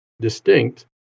distinct